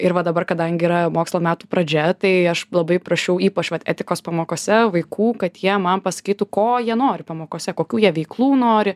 ir va dabar kadangi yra mokslo metų pradžia tai aš labai prašiau ypač etikos pamokose vaikų kad jie man pasakytų ko jie nori pamokose kokių jie veiklų nori